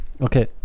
Okay